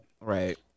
Right